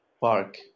park